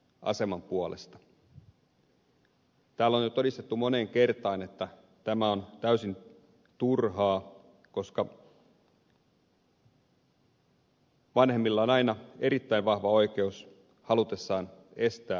täällä on jo todistettu moneen kertaan että tämä on täysin turhaa koska vanhemmilla on aina erittäin vahva oikeus halutessaan estää adoptio